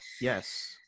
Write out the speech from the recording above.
Yes